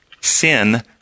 sin